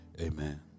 Amen